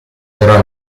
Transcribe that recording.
però